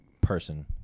person